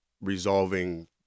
resolving